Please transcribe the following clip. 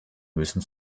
müssen